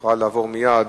נוכל לעבור מייד